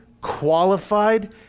qualified